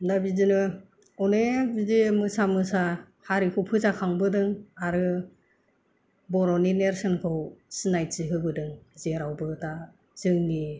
दा बिदिनो अनेक बिदि मोसा मोसा हारिखौ फोजाखंबोदों आरो बर'नि नेरसोनखौ सिनायथि होबोदों जेरावबो दा जोंनि